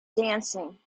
dancing